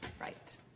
Right